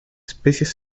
especies